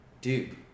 Dude